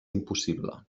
impossible